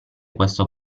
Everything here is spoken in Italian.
questo